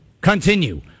continue